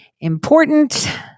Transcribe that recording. important